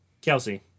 Kelsey